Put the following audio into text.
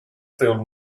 filled